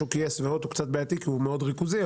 שוק יס והוט הוא קצת בעייתי כי הוא מאוד ריכוזי,